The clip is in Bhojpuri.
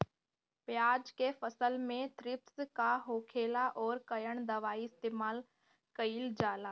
प्याज के फसल में थ्रिप्स का होखेला और कउन दवाई इस्तेमाल कईल जाला?